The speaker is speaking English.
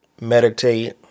meditate